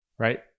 right